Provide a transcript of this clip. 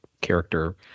character